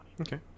Okay